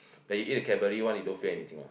but you eat the Cadbury one you don't feel anything one